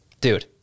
Dude